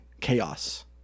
chaos